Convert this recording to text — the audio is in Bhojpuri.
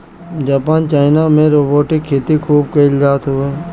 जापान चाइना में रोबोटिक खेती खूब कईल जात हवे